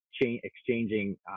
exchanging